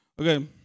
Okay